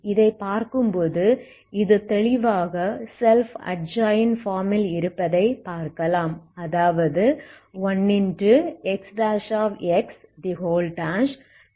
இதை பார்க்கும்போது இது தெளிவாக செல்ஃப் அட்ஜாயின்ட் ஃபார்ம் ல் இருப்பதை பார்க்கலாம் அதாவது 1